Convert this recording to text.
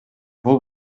бул